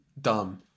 dumb